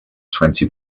twenty